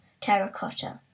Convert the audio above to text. terracotta